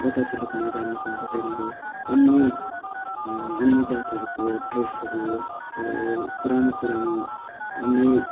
बतासे लुपमा जानु पाउँछ त्यहाँनिर अन्य अन्य जातहरूको ड्रेसहरू भयो पुरानो पुरानो अन्य